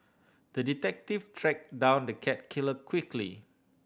the detective tracked down the cat killer quickly